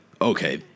okay